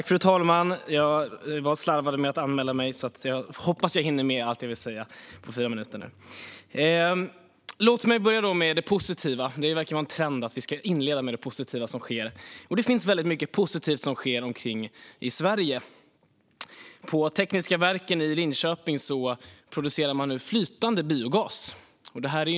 Fru talman! Jag har slarvat med att anmäla mig, men jag hoppas att jag hinner med allt jag vill säga på fyra minuter. Låt mig börja med det positiva. Det verkar vara en trend att vi ska inleda med det positiva som sker, och det finns mycket positivt som händer i Sverige. På Tekniska verken i Linköping produceras nu flytande biogas.